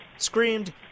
Screamed